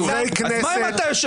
חברי כנסת -- אז מה אם אתה יושב-ראש,